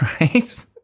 right